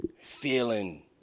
feeling